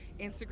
Instagram